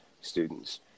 students